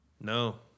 No